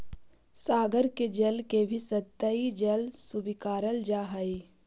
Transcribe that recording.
सागर के जल के भी सतही जल स्वीकारल जा हई